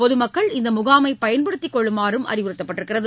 பொது மக்கள் இந்த முகாமை பயன்படுத்திக் கொள்ளுமாறும் அறிவுறுத்தபட்டிருக்கிறது